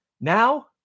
Now